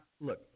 Look